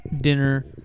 dinner